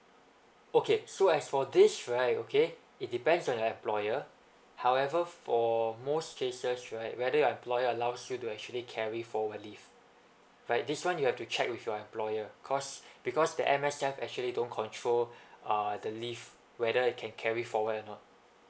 okay so as for this right okay it depends on your employer however for most cases right whether your employer allows you to actually carry forward leave right this [one] you have to check with your employer cause because the M_S_F actually don't control uh the leave whether it can carry forward or not